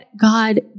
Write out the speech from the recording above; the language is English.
God